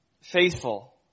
faithful